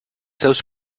seus